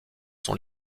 sont